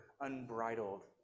unbridled